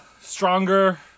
stronger